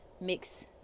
mix